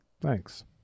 thanks